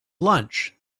lunch